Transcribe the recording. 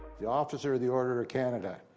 the officer of the order of canada,